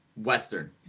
Western